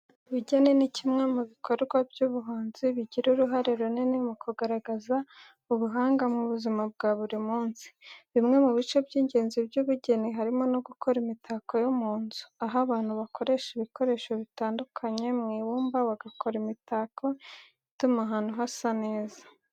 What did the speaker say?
Ubugeni ni kimwe mu bikorwa by'ubuhanzi bigira uruhare runini mu kugaragaza ubuhanga mu buzima bwa buri munsi. Bimwe mu bice by'ingenzi by'ubugeni harimo no gukora imitako yo mu nzu, aho abantu bakoresha ibikoresho bitandukanye mu ibumba, bagakora imitako ituma ahantu hasa neza.